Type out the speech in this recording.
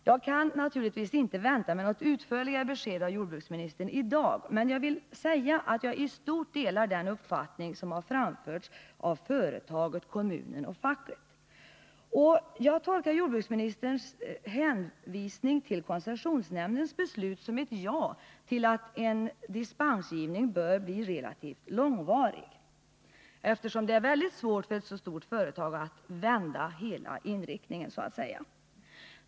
Jag kan naturligtvis inte vänta mig något utförligare besked av jordbruksministern i dag, men jag vill säga att jag i stort delar den uppfattning som framförts av företaget, kommunen och facket. Jag tolkar jordbruksministerns hänvisning till koncessionsnämndens beslut som ett ja till en relativt lång dispenstid, och det är bra eftersom det är väldigt svårt för ett så stort företag att vända hela inriktningen så att säga.